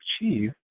achieve